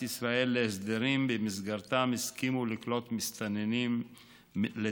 ישראל להסדרים שבמסגרתם הסכימו לקלוט מסתננים לתוכן.